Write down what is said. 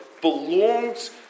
belongs